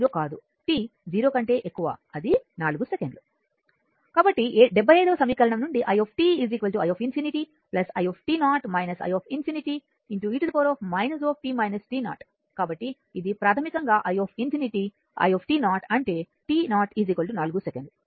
t 0 కంటే ఎక్కువ అది 4 సెకన్లు కాబట్టి 75 సమీకరణం నుండి i i∞ i i ∞ e కాబట్టి ఇది ప్రాథమికంగా i∞ i అంటే t 0 4 సెకను